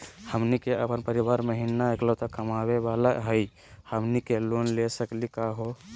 हमनी के अपन परीवार महिना एकलौता कमावे वाला हई, हमनी के लोन ले सकली का हो?